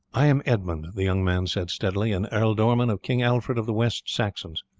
i am edmund, the young man said steadily, an ealdorman of king alfred of the west saxons.